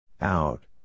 Out